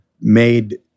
made